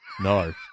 No